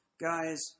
guys